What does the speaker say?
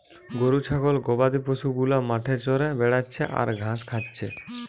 গরু ছাগল গবাদি পশু গুলা মাঠে চরে বেড়াচ্ছে আর ঘাস খাচ্ছে